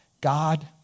God